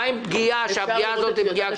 מה עם פגיעה קטנה.